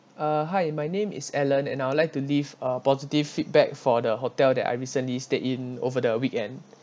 uh hi my name is alan and I would like to live a positive feedback for the hotel that I recently stayed in over the weekend